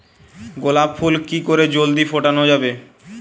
গোলাপ ফুল কি করে জলদি ফোটানো যাবে?